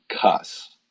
cuss